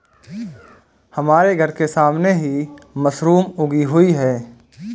हमारे घर के सामने ही मशरूम उगी हुई है